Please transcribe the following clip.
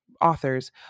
authors